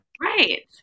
Right